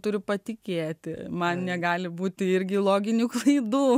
turi patikėti man negali būti irgi loginių klaidų